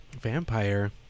vampire